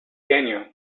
canyon